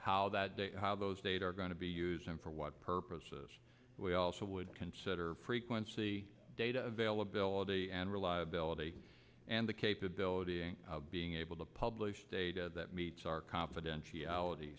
how that data how those data are going to be used and for what purposes we also would consider frequency data availability and reliability and the capability of being able to publish data that meets our confidentiality